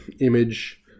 image